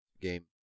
game